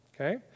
okay